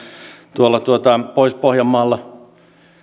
tuolla pohjois pohjanmaalla